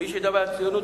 מי שידבר על ציונות,